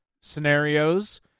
scenarios